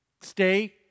stay